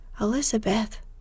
Elizabeth